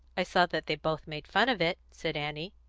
i saw that they both made fun of it, said annie.